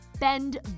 bend